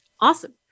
Awesome